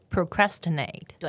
Procrastinate